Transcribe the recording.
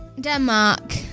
Denmark